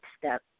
step